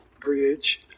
bridge